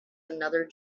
another